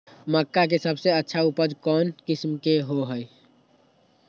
मक्का के सबसे अच्छा उपज कौन किस्म के होअ ह?